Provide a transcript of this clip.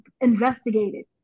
investigated